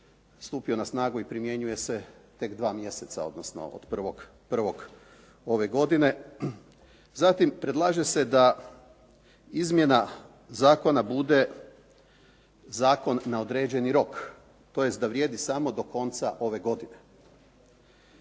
stupio na snagu i primjenjuje se tek 2 mjeseca, odnosno od 1.1. ove godine. Zatim, predlaže se da izmjena zakona bude zakon na određeni rok, tj. da vrijedi samo do konca ove godine.